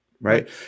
right